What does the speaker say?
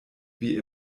wie